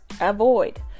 Avoid